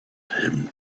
him